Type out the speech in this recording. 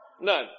None